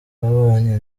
babonye